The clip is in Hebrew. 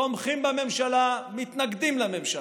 תומכים בממשלה, מתנגדים לממשלה,